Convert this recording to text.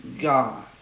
God